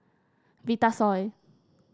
Vitasoy